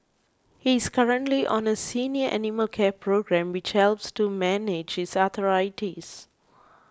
he is currently on a senior animal care programme which helps to manage his arthritis